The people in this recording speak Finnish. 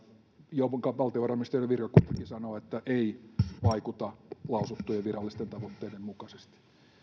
josta valtiovarainministeriön virkakuntakin sanoo että se ei vaikuta lausuttujen virallisten tavoitteiden mukaisesti